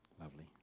Lovely